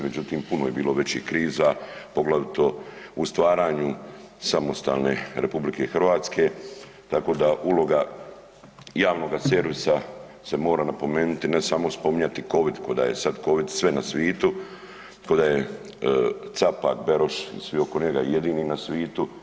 Međutim, puno je bilo većih kriza, poglavito u stvaranju samostalne RH, tako da uloga javnoga servisa se mora napomenuti, a ne samo spominjati covid, ko da je sada covid sve na svitu, ko da je Capak, Beroš i svi oko njega jedini na svitu.